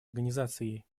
организацией